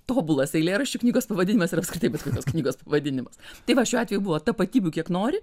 tobulas eilėraščių knygos pavadinimas ir apskritai bet kokios knygos pavadinimas tai va šiuo atveju buvo tapatybių kiek nori